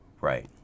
Right